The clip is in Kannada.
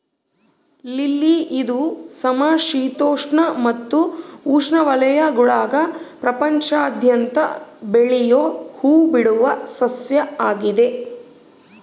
ಲಿಲ್ಲಿ ಇದು ಸಮಶೀತೋಷ್ಣ ಮತ್ತು ಉಷ್ಣವಲಯಗುಳಾಗ ಪ್ರಪಂಚಾದ್ಯಂತ ಬೆಳಿಯೋ ಹೂಬಿಡುವ ಸಸ್ಯ ಆಗಿದೆ